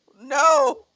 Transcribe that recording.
no